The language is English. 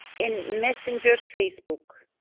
in messenger, facebook.